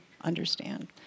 understand